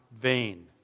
vain